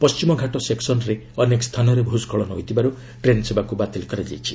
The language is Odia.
ପଣ୍ଟିମଘାଟ ସେକ୍ସନ୍ରେ ଅନେକ ସ୍ଥାନରେ ଭୂଷ୍କଳନ ହୋଇଥିବାରୁ ଟ୍ରେନ୍ ସେବାକୁ ବାତିଲ କରାଯାଇଛି